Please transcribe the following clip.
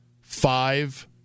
five